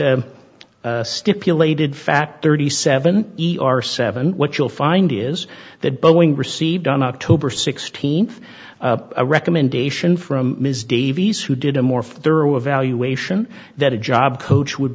stipulated fact thirty seven e r seven what you'll find is that boeing received on october sixteenth a recommendation from ms davies who did a more thorough evaluation that a job coach would